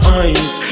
eyes